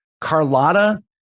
Carlotta